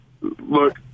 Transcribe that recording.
look